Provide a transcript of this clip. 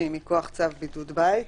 שהיא מכוח צו בידוד בית.